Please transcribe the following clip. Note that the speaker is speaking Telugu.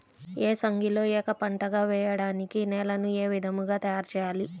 ఏసంగిలో ఏక పంటగ వెయడానికి నేలను ఏ విధముగా తయారుచేయాలి?